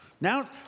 Now